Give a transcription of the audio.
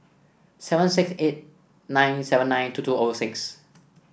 seven six eight nine seven nine two two O six